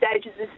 stages